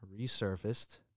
resurfaced